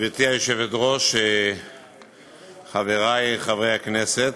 גברתי היושבת-ראש, חברי חברי הכנסת,